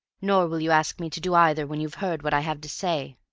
nor will you ask me to do either when you've heard what i have to say.